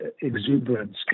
exuberance